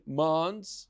months